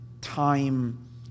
time